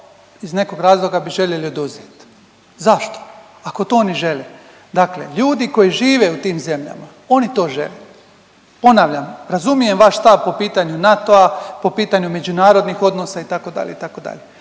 iz nekog razloga bi željeli oduzeti? Zašto ako to oni žele? Dakle, ljudi koji žive u tim zemljama oni to žele. Ponavljam, razumijem vaš stav po pitanju NATO-a, po pitanju međunarodnih odnosa itd.,